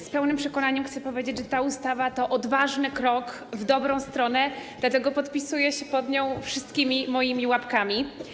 Z pełnym przekonaniem chcę powiedzieć, że ta ustawa to odważny krok w dobrą stronę, dlatego podpisuję się pod nią wszystkimi moimi łapkami.